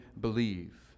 believe